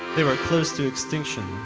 they were close to extinction,